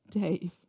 Dave